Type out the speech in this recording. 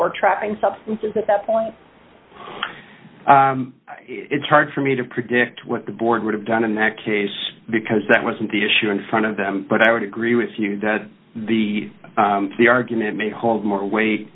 substances at that point it's hard for me to predict what the board would have done in that case because that wasn't the issue in front of them but i would agree with you that the argument may hold more weight